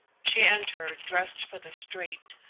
she entered dressed for the street,